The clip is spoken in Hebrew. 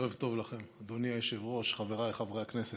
ערב טוב לכם, אדוני היושב-ראש, חבריי חברי הכנסת,